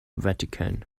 vatican